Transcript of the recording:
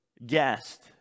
Guest